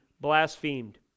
Blasphemed